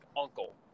uncle